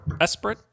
Esprit